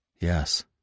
Yes